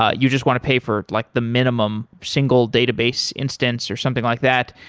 ah you just want to pay for like the minimum single database instance or something like that,